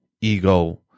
ego